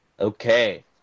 Okay